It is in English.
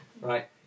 Right